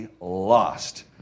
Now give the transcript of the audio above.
lost